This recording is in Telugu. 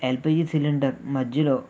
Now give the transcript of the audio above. ఎల్పిజి సిలిండర్ మధ్యలో